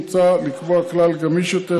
מוצע לקבוע כלל גמיש יותר,